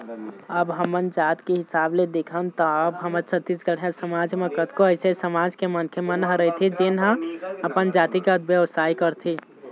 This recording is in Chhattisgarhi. अब हमन जात के हिसाब ले देखन त अब हमर छत्तीसगढ़िया समाज म कतको अइसे समाज के मनखे मन ह रहिथे जेन ह अपन जातिगत बेवसाय करथे